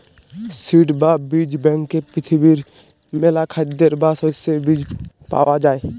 seed বা বীজ ব্যাংকে পৃথিবীর মেলা খাদ্যের বা শস্যের বীজ পায়া যাই